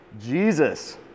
Jesus